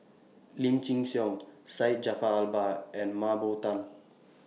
Lim Chin Siong Syed Jaafar Albar and Mah Bow Tan